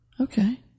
Okay